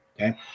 okay